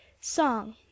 Song